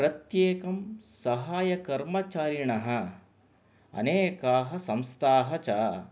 प्रत्येकं सहायकर्मचारिणः अनेकाः संस्थाः च